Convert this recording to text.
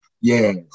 Yes